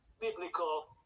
biblical